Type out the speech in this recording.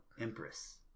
Empress